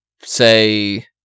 say